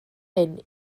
hyn